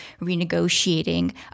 renegotiating